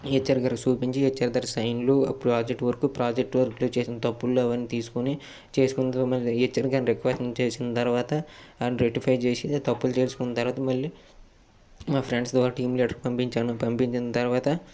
HR గారికి చూపించి HR దగ్గర సైన్లు ఆ ప్రాజెక్ట్ వర్క్ ఆ ప్రాజెక్ట్ వర్క్లో చేసిన తప్పులు అవన్నీ తీసుకోని చేసుకున్న త మళ్ళీ హెచ్ఆర్ గారిని రిక్వెస్ట్ చేసిన తర్వాత అవన్నీ రెక్టిఫై చేసి తప్పులు తెలుసుకున్న తర్వాత మళ్ళీ మా ఫ్రెండ్స్తోటి టీమ్ లీడర్కి పంపించాను పంపించిన తర్వాత